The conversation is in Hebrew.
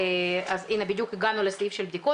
הנה, בדיוק הגענו לסעיף של בדיקות.